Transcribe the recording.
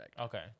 Okay